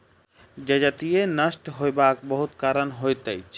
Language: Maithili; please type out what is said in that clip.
जजति नष्ट होयबाक बहुत कारण होइत अछि